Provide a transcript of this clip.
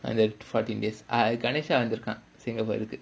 under fourteen days ah ganesa வந்துருக்கான்:vanthurukkaan singapore